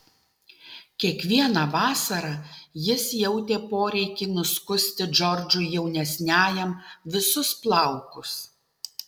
kiekvieną vasarą jis jautė poreikį nuskusti džordžui jaunesniajam visus plaukus